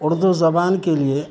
اردو زبان کے لیے